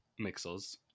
Mixels